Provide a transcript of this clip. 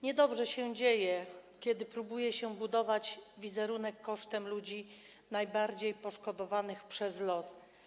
Niedobrze się dzieje, kiedy próbuje się budować wizerunek kosztem ludzi najbardziej poszkodowanych przez los.